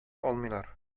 алмыйлар